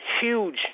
huge